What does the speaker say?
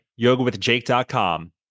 yogawithjake.com